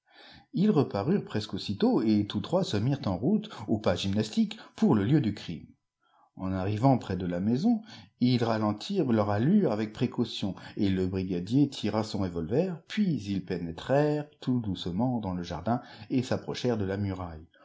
ils reparurent presque aussitôt et tous trois se mirent en route au pas gymnastique pour le lieu du crime en arrivant près de la maison ils ralentirent leur allure avec précaution et le brigadier tira son revolver puis ils pénétrèrent tout doucement dans le jardin et s'approchèrent de la muraille